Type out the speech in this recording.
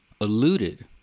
alluded